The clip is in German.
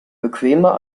bequemer